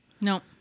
No